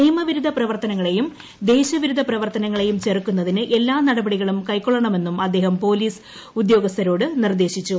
നിയമവിരുദ്ധ പ്രവർത്തനങ്ങളെയും ദേശവിരുദ്ധ പ്രവർത്തനങ്ങളെയും ചെറുക്കുന്നതിന് എല്ലാ നടപടികളും കൈക്കൊള്ളണമെന്നും അദ്ദേഹം പോലീസ് ഉദ്യോഗസ്ഥരോട് നിർദ്ദേശിച്ചു